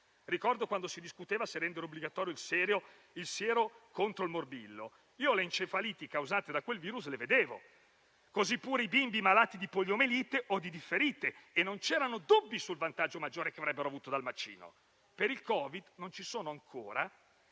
Un tempo si discuteva se rendere obbligatorio il siero contro il morbillo, ma le encefaliti causate da quel virus si vedevano, così pure i bimbi malati di poliomelite o di difterite e non c'erano dubbi sul vantaggio maggiore che avrebbero avuto dal vaccino. Per il Covid, invece, non ci sono ancora